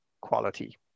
quality